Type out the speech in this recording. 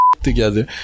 together